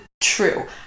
True